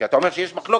כי אתה אומר שיש מחלוקת.